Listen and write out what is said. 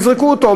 הרי יזרקו אותו,